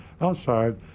outside